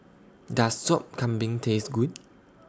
Does Sop Kambing Taste Good